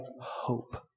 hope